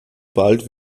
bald